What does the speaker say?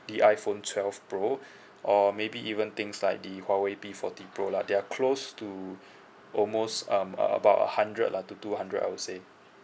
the iphone twelve pro or maybe even things like the huawei P forty pro lah they are close to almost um uh about a hundred lah to two hundred I would say